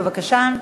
בבקשה.